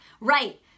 Right